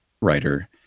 writer